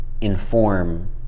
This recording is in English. inform